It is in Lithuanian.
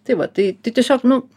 tai va tai tai tiesiog nu